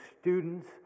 students